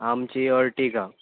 आमची अर्टिका